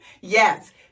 Yes